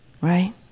Right